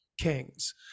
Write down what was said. Kings